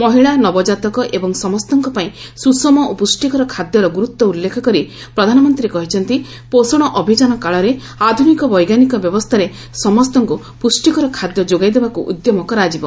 ମହିଳା ନବଜାତକ ଏବଂ ସମସ୍ତଙ୍କ ପାଇଁ ସ୍ରଷମ ଓ ପ୍ରଷ୍ଟିକର ଖାଦ୍ୟର ଗ୍ରର୍ତ୍ୱ ଉଲ୍ଲେଖ କରି ପ୍ରଧାନମନ୍ତ୍ରୀ କହିଛନ୍ତି ପୋଷଣ ଅଭିଯାନ କାଳରେ ଆଧ୍ରନିକ ବୈଜ୍ଞାନିକ ବ୍ୟବସ୍ଥାରେ ସମସ୍ତଙ୍କୁ ପୁଷ୍ଠିକର ଖାଦ୍ୟ ଯୋଗାଇ ଦେବାକୃ ଉଦ୍ୟମ କରାଯିବ